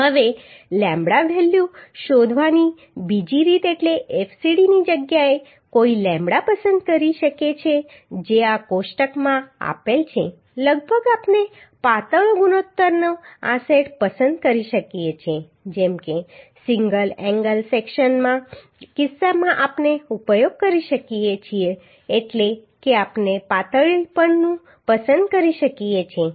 હવે lambda value શોધવાની બીજી રીત એટલે fcd ની જગ્યાએ કોઈ લેમ્બડા પસંદ કરી શકે છે જે આ કોષ્ટકમાં આપેલ છે લગભગ આપણે પાતળો ગુણોત્તરનો આ સેટ પસંદ કરી શકીએ છીએ જેમ કે સિંગલ એંગલ સેક્શનના કિસ્સામાં આપણે ઉપયોગ કરી શકીએ છીએ એટલે કે આપણે પાતળીપણું પસંદ કરી શકીએ છીએ